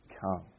come